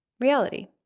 reality